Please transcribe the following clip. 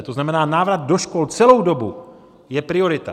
To znamená, návrat do škol celou dobu je priorita.